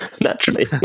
Naturally